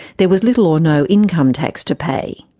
there was little or no income tax to pay.